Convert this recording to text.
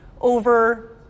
over